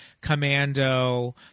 Commando